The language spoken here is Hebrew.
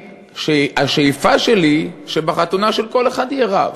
ואני, השאיפה שלי היא שבחתונה של כל אחד יהיה רב.